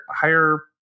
higher